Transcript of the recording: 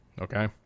Okay